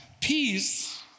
Peace